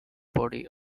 body